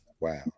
Wow